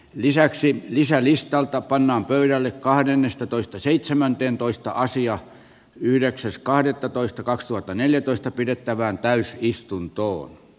lisäksi isä listalta pannaan pöydälle kahdennestatoistaseitsemänteentoista asiaa yhdeksäs kahdettatoista kaksituhattaneljätoista pidettävään täys istuntoon d